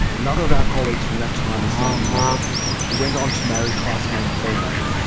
another of our colleagues from that time is sandy moggach who went on to marry classmate paul moggach.